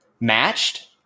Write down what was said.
matched